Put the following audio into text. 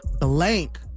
blank